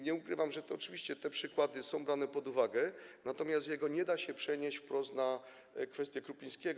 Nie ukrywam, że oczywiście te przykłady są brane pod uwagę, natomiast tego nie da się przenieść wprost na kwestię Krupińskiego.